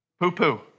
Poo-poo